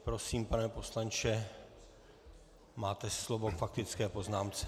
Prosím, pane poslanče, máte slovo k faktické poznámce.